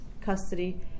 custody